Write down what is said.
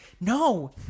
No